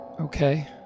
Okay